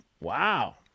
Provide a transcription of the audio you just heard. Wow